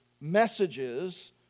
messages